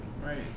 Right